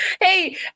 Hey